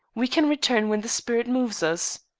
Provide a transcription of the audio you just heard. we can return when the spirit moves us.